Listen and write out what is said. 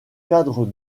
cadres